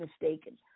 mistaken